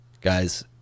Guys